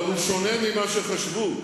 אבל הוא שונה ממה שחשבו.